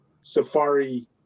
safari